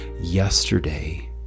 yesterday